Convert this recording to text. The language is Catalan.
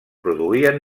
produïen